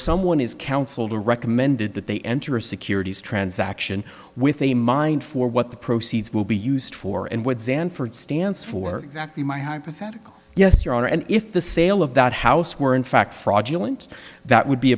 someone is counseled or recommended that they enter a securities transaction with a mind for what the proceeds will be used for and what sanford stands for exactly my hypothetical yes your honor and if the sale of that house were in fact fraudulent that would be